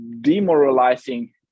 demoralizing